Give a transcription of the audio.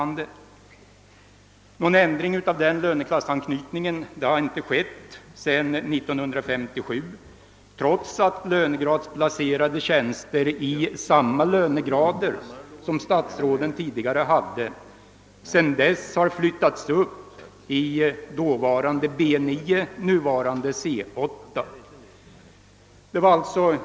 Någon ändring av denna löneklassanknytning har inte gjorts sedan år 1957, trots att tjänster i samma lönegrader som de statsråden tidigare hade sedan dess har flyttats upp i förutvarande B 10, nuvarande C 8.